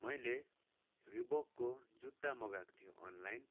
मैले रिबकको जुत्ता मगाएको थिएँ अनलाइन